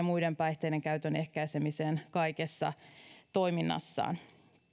muiden päihteiden käytön ehkäisemiseen kaikessa toiminnassaan